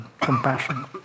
compassion